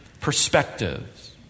perspectives